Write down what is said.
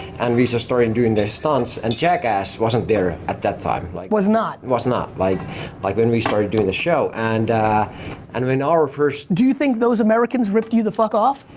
and we so started doing the stunts and jackass wasn't there at that time. like was not? was not like like when we started doing the show and and when our first do you think those americans ripped you the fuck off?